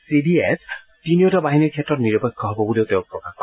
C D S তিনিওটা বাহিনীৰ ক্ষেত্ৰত নিৰপেক্ষ হ'ব বুলিও তেওঁ প্ৰকাশ কৰে